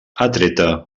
atreta